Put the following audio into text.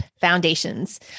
Foundations